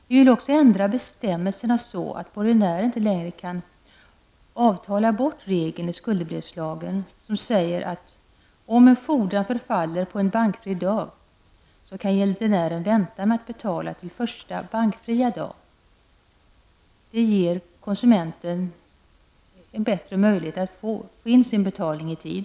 Vi vill också ändra bestämmelserna så att borgenären inte längre kan avtala bort den regel i skuldebrevslagen som säger att om en fordran förfaller på en bankfri dag, så kan gäldenären vänta med att betala till första bankdag. Det ger konsumenten en bättre möjlighet att få in sin betalning i tid.